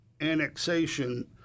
annexation